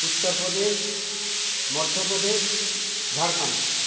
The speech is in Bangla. উত্তর প্রদেশ মধ্য প্রদেশ ঝাড়খন্ড